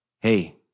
hey